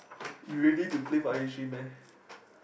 you ready to play for I_A three meh